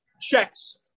checks